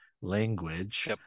language